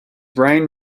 reign